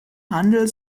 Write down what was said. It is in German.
handel